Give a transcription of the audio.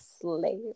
slave